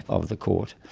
of the court.